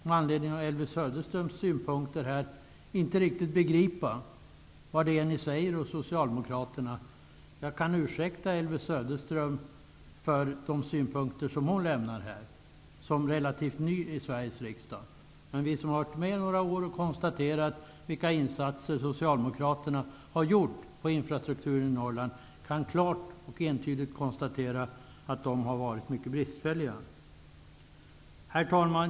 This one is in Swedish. Med anledning av Elvy Söderströms synpunkter här vill jag säga att jag inte riktigt begriper vad Socialdemokraterna säger. Jag ursäktar Elvy Söderström när det gäller de synpunkter hon här anför. Hon är ju relativt ny i Sveriges riksdag. Men vi som har varit med några år och som har konstaterat vilka insatser beträffande infrastrukturen i Norrland som Socialdemokraterna har gjort kan klart och entydigt säga att dessa verkligen har varit bristfälliga. Herr talman!